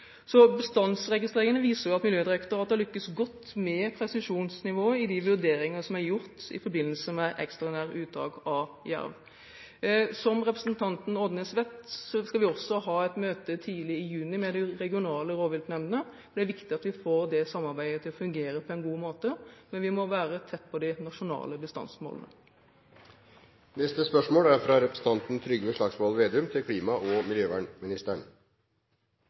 viser at Miljødirektoratet har lyktes godt med presisjonsnivået i de vurderingene som er gjort i forbindelse med ekstraordinære uttak av jerv. Som representanten Odnes vet, skal vi også ha et møte tidlig i juni med de regionale rovviltnemndene, for det er viktig at vi får det samarbeidet til å fungere på en god måte. Men vi må være tett på de nasjonale bestandsmålene.